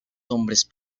hombres